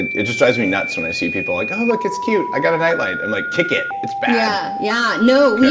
and it just drives me nuts when i see people like, oh like it's cute. i got a nightlight. i'm like, kick it. it's bad. yeah. yeah okay no. we.